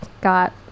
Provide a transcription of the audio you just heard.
got